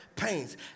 Pains